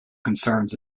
concerns